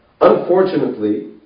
Unfortunately